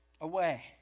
away